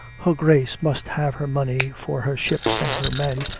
her grace must have her money for her ships and her men,